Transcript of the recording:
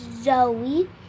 Zoe